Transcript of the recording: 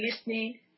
listening